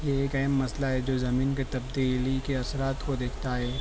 یہ ایک اہم مسئلہ ہے جو زمین کے تبدیلی کے اثرات کو دیکھتا ہے